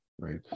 Right